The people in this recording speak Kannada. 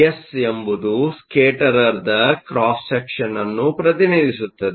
ಎಸ್ ಎಂಬುದು ಸ್ಕೇಟರರ್ದ ಕ್ರಾಸ್ ಸೆಕ್ಷನ್ನ್ನು ಪ್ರತಿನಿಧಿಸುತ್ತದೆ